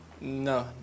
No